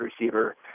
receiver